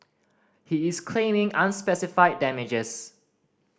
he is claiming unspecified damages